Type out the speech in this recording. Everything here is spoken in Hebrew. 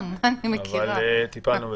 אבל טיפלנו בזה.